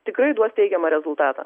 tikrai duos teigiamą rezultatą